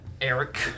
Eric